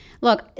Look